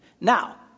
Now